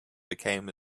became